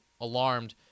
alarmed